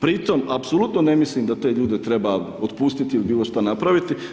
Pri tom apsolutno ne mislim da te ljude treba otpustiti ili bilo šta napraviti.